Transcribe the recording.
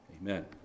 Amen